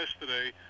yesterday